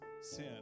sin